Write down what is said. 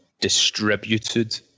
distributed